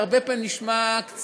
הרבה פעמים זה נשמע קצת,